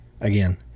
again